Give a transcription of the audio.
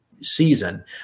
season